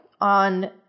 on